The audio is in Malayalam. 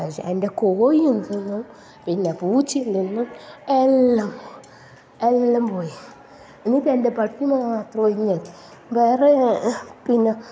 പക്ഷേ എൻ്റെ കോഴിയും തിന്നു പിന്നെ പൂച്ചയും തിന്നു എല്ലാം എല്ലാം പോയി എന്നിട്ട് എൻ്റെ പട്ടി മാത്രം ഇങ്ങ് വേറെ പിന്നെ